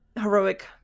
heroic